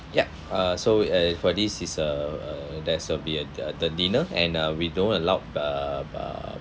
yup uh so err for this is uh uh that's the din~ uh the dinner and uh we don't allow bu~ bu~